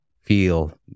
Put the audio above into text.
feel